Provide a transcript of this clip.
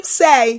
say